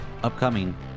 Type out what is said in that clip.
Upcoming